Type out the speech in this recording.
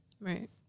right